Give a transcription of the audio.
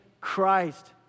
Christ